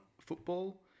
football